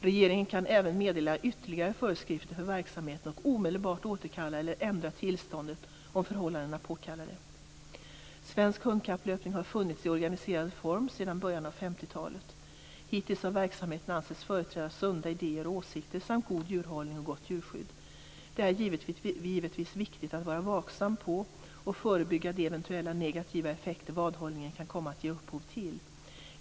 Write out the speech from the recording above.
Regeringen kan även meddela ytterligare föreskrifter för verksamheten och omedelbart återkalla eller ändra tillståndet om förhållandena påkallar det. Svensk hundkapplöpning har funnits i organiserad form sedan början av 1950-talet. Hittills har verksamheten ansetts företräda sunda idéer och åsikter samt god djurhållning och gott djurskydd. Det är givetvis viktigt att vara vaksam på och förebygga de eventuella negativa effekter vadhållningen kan komma att ge upphov till.